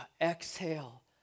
exhale